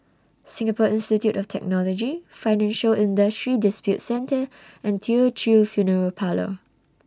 Singapore Institute of Technology Financial Industry Disputes Center and Teochew Funeral Parlour